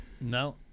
no